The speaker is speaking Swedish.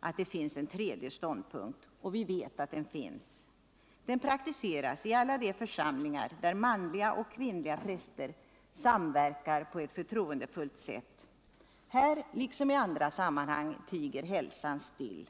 att det finns en tredje ståndpunkt - och vi vet att den finns. Den praktiseras i alla de församlingar där manliga och kvinnliga präster samverkar på ett förtroendefullt sätt. Här liksom i övriga sammanhang tiger hälsan still.